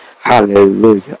Hallelujah